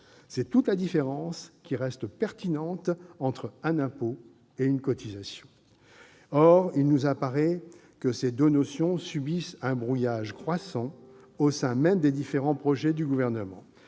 C'est toute la différence, qui reste pertinente, entre un impôt et une cotisation. Or il nous apparaît que ces deux notions subissent un brouillage croissant au sein même des différents projets du Gouvernement.